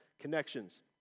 connections